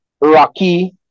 Rocky